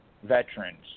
Veterans